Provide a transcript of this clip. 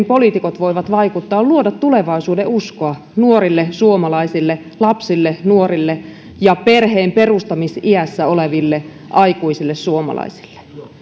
poliitikot voivat vaikuttaa on luoda tulevaisuudenuskoa nuorille suomalaisille lapsille ja nuorille ja perheen perustamisiässä oleville aikuisille suomalaisille